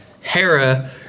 Hera